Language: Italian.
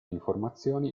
informazioni